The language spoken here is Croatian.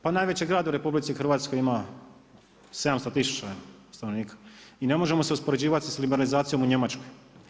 Pa najveći grad u RH ima 700 tisuća stanovnika i ne možemo se uspoređivati sa liberalizacijom u Njemačkoj.